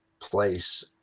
place